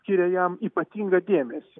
skiria jam ypatingą dėmesį